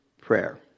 prayer